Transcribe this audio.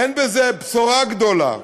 אין בזה בשורה גדולה.